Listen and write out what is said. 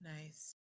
nice